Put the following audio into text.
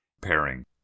pairing